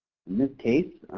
in this case,